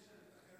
יש חלק